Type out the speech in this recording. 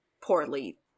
poorly